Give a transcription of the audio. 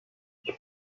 ich